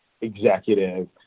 executive